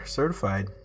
certified